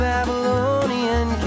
Babylonian